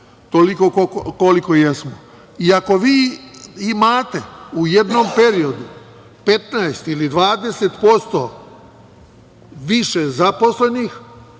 toliko koliko jesmo. I ako vi imate u jednom periodu 15 ili 20% više zaposlenih